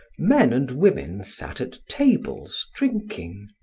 men and women sat at tables drinking.